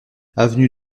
avenue